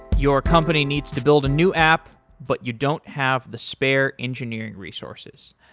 your company needs to build a new app but you don't have the spare engineering resources.